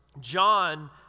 John